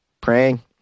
praying